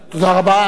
כמובן,